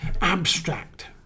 abstract